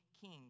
king